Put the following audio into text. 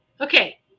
okay